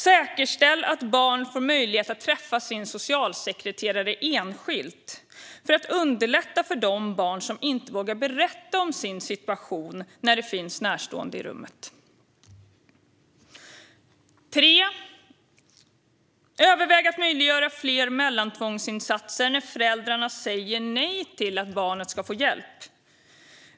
Säkerställ att barn får möjlighet att träffa sin socialsekreterare enskilt för att underlätta för de barn som inte vågar berätta om sin situation när det finns närstående i rummet. Överväg att möjliggöra fler mellantvångsinsatser när föräldrarna säger nej till att barnet ska få hjälp.